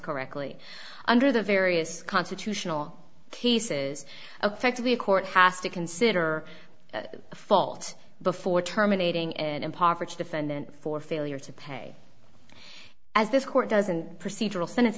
correctly under the various constitutional cases affected the court has to consider fault before terminating an impoverished defendant for failure to pay as this court doesn't procedural